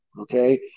Okay